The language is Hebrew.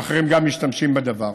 גם אחרים משתמשים בדבר.